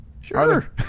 Sure